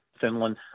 Finland